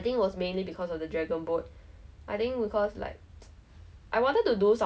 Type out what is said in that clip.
I I still hate it till today I still hate sports I still like if you ask me to run I'll still look at you like !huh!